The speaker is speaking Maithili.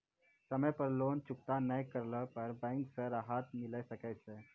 समय पर लोन चुकता नैय करला पर बैंक से राहत मिले सकय छै?